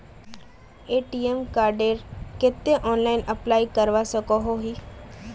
ATM कार्डेर केते online apply करवा सकोहो ही?